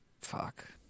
Fuck